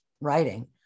writing